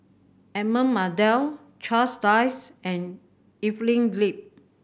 Edmund Blundell Charles Dyce and Evelyn Lip